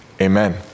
Amen